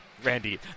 Randy